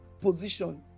position